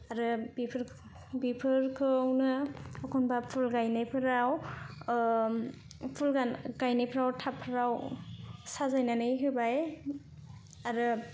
आरो बेफोर बेफोरखौनो एखनबा फुल गायनायफोराव फुल गायनायफोराव थाबफोराव साजायनानै होबाय आरो